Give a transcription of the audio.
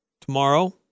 tomorrow